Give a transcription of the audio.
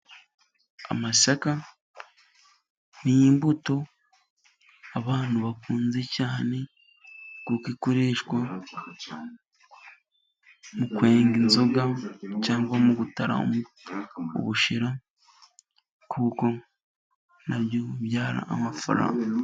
Amasaka ni imbuto abantu bakunze cyane, kuko ikoreshwa mu kwenga inzoga, cyangwa mu gutara ubushera , kuko nabyo bibyara amafaranga.